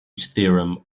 theorem